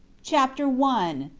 chapter one.